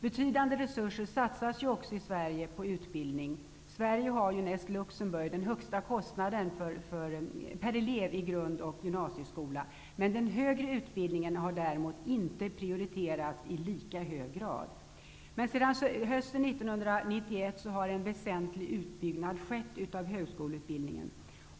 Betydande resurser satsas ju också i Sverige på utbildning. Sverige har ju, näst Luxemburg, den högsta kostnaden per elev i grund och gymnasieskola. Den högre utbildningen har däremot inte prioriterats i lika hög grad. Sedan hösten 1991 har en väsentlig utbyggnad skett av högskoleutbildningen.